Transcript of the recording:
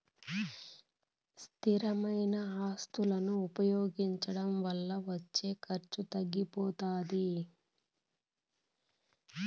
స్థిరమైన ఆస్తులను ఉపయోగించడం వల్ల వచ్చే ఖర్చు తగ్గిపోతాది